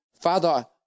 Father